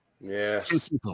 yes